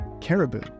Caribou